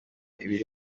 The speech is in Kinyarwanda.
ibiri